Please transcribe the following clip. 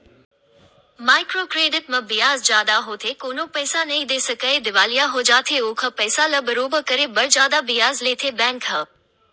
micro credit म बियाज जादा होथे कोनो पइसा नइ दे सकय दिवालिया हो जाथे ओखर पइसा ल बरोबर करे बर जादा बियाज लेथे बेंक ह